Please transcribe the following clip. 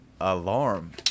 alarm